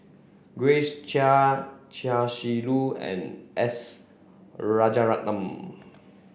Grace Chia Chia Shi Lu and S Rajaratnam